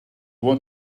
want